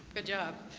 good job.